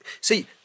See